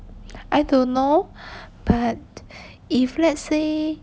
I don't know but if let's say